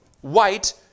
white